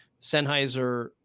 Sennheiser